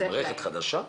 מערכת חדשה?